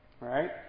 Right